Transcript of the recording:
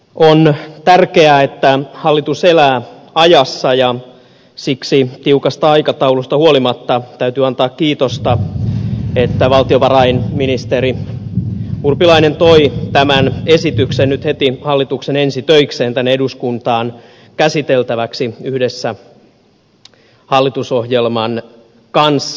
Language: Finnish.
on tärkeää että hallitus elää ajassa ja siksi tiukasta aikataulusta huolimatta täytyy antaa kiitosta että valtiovarainministeri urpilainen toi tämän hallituksen esityksen nyt heti ensi töikseen tänne eduskuntaan käsiteltäväksi yhdessä hallitusohjelman kanssa